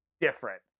different